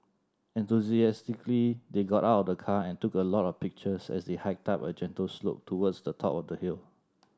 enthusiastically they got out of the car and took a lot of pictures as they hiked up a gentle slope towards the top of the hill